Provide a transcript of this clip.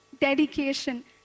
dedication